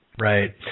Right